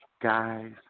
Guys